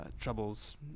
troubles